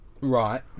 Right